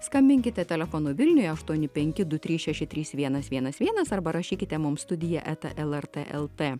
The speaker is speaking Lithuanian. skambinkite telefonu vilniui aštuoni penki du trys šeši trys vienas vienas vienas arba rašykite mums studija eta lrt lt